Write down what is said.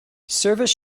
service